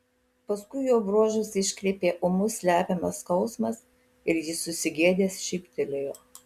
paskui jo bruožus iškreipė ūmus slepiamas skausmas ir jis susigėdęs šyptelėjo